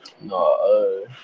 No